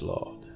Lord